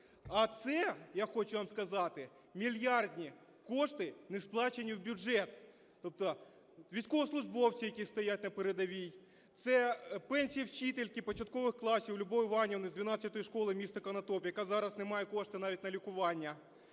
А це, я хочу вам сказати, мільярдні кошти, не сплачені в бюджет, тобто військовослужбовці, які стоять на передовій, це пенсія вчительки початкових класів Любов Іванівни з 12-ї школи міста Конотоп, яка зараз не має кошти навіть на лікування.